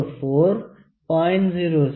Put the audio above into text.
04 0